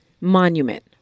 monument